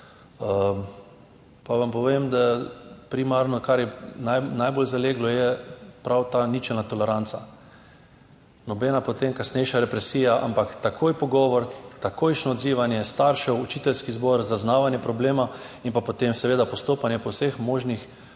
Vam povem, da primarno, kar je najbolj zaleglo, je prav ta ničelna toleranca. Nobena potem kasnejša represija, ampak takoj pogovor, takojšnje odzivanje staršev, učiteljski zbor, zaznavanje problema in potem seveda postopanje po vseh možnih